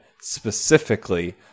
specifically